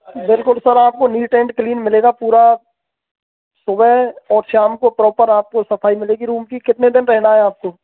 बिलकुल सर आपको neat and clean मिलेगा पूरा सुबह और शाम को प्रॉपर आपको सफाई मिलेगी रूम की कितने दिन रहना है आपको